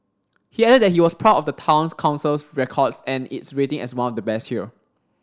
he added that he was proud of the Town Council's records and its rating as one of the best here